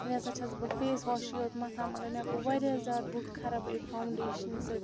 وۄنۍ ہَسا چھیٚس بہٕ فیس واشٕے یوت مَتھان مگر مےٚ گوٚو واریاہ زیادٕ بُتھ خراب اَمہِ فانٛوڈیشنہٕ سۭتۍ